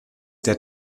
der